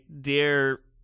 dear